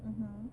mmhmm